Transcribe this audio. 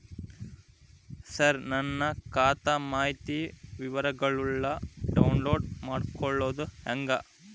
ಸರ ನನ್ನ ಖಾತಾ ಮಾಹಿತಿ ವಿವರಗೊಳ್ನ, ಡೌನ್ಲೋಡ್ ಮಾಡ್ಕೊಳೋದು ಹೆಂಗ?